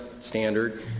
standard